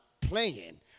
playing